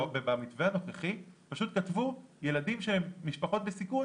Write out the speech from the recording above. ובמתווה הנוכחי פשוט כתבו שילדים שהם משפחות בסיכון,